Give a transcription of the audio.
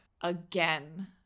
again